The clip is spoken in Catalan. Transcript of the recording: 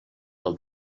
del